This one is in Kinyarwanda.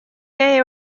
hehe